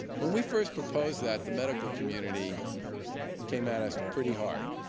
when we first proposed that, the medical community came at us pretty hard,